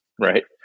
right